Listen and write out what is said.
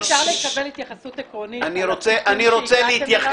אפשר לקבל התייחסות עקרונית לסיכום שהגעתם אליו?